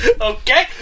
Okay